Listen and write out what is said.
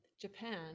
Japan